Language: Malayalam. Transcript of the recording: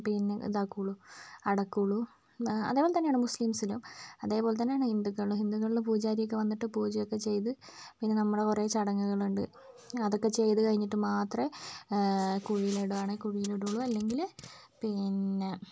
പിന്നെ ഇതാക്കുള്ളൂ അടക്കുള്ളൂ അതേപോലെ തന്നെയാണ് മുസ്ലീസിലും അതേപോലെ തന്നെയാണ് ഹിന്ദുക്കളും ഹിന്ദുക്കളിൽ പൂജാരിയൊക്കെ വന്നിട്ട് പൂജയൊക്കെ ചെയ്ത് പിന്നെ നമ്മളെ കുറേ ചടങ്ങുകളുണ്ട് അതൊക്കെ ചെയ്ത് കഴിഞ്ഞിട്ട് മാത്രമേ കുഴിയിലിടുആണെ കുഴിയിലിടുള്ളൂ അല്ലെങ്കിൽ പിന്നെ